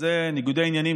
ניגודי עניינים,